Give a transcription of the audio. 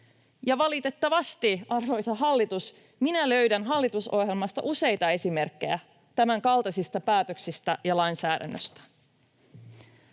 Valitettavasti, arvoisa hallitus, minä löydän hallitusohjelmasta useita esimerkkejä tämänkaltaisista päätöksistä ja lainsäädännöstä.